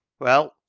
well!